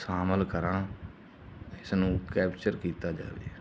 ਸ਼ਾਮਿਲ ਕਰਾਂ ਇਸ ਨੂੰ ਕੈਪਚਰ ਕੀਤਾ ਜਾਵੇ